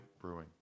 Brewing